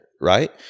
right